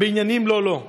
בעניינים לא לו.